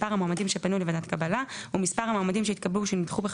מספר המועמדים שפנו לוועדת הקבלה ומספר המועמדים שהתקבלו